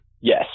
Yes